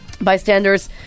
Bystanders